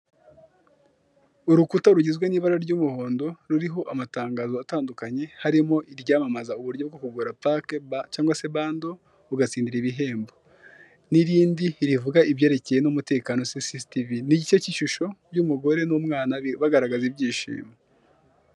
urukuta rugizwe nibara ry'umuhondo ruriho amtangazo atandukanye harimo iryamamaza uburyo bwo kugura pake cyangwa se bando ugatsindira ibihembo n'irindi rivuga ibyerekeye n'umutekano cctv n'igice kishusho byumugore n'umwana bagaragaje ibyishimo.